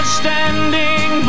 standing